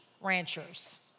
ranchers